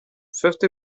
fifty